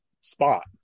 spot